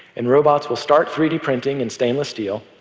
and robots will start three d printing in stainless steel,